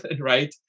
right